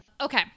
okay